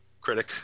critic